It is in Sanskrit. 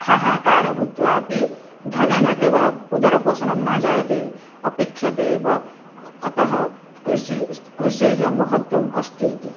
हाहाकारः भूत्वा अपि धनेन केवलम् उदरपोषणं न जायते अपेक्ष्यते एव अतः कृषिः कृषेः महत्त्वम् अस्तीति